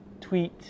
tweet